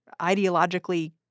ideologically